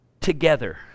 together